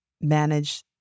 manage